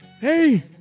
Hey